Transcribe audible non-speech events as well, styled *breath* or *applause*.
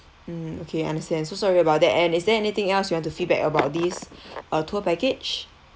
mm okay understand so sorry about that and is there anything else you want to feedback about this *breath* uh tour package